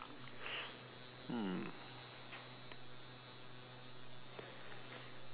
mm